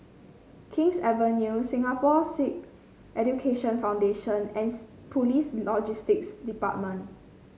King's Avenue Singapore Sikh Education Foundation and Police Logistics Department